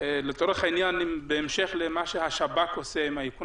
לצורך העניין בהמשך למה שהשב"כ עושה עם האיכון